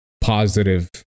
positive